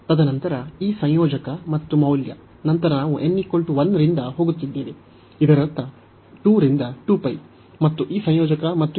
ತದನಂತರ ಈ ಸಂಯೋಜಕ ಮತ್ತು ಮೌಲ್ಯ ನಂತರ ನಾವು n 1 ರಿಂದ ಹೋಗುತ್ತಿದ್ದೇವೆ ಇದರರ್ಥ 2 ರಿಂದ 2 π ಮತ್ತು ಈ ಸಂಯೋಜಕ ಮತ್ತು ಹೀಗೆ